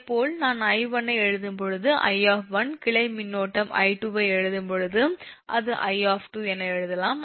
இதேபோல் நான் 𝐼1 ஐ எழுதும்போது 𝐼 கிளை மின்னோட்டம் 𝐼2 ஐ எழுதும்போது அது 𝐼 என எழுதலாம்